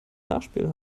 nachspiel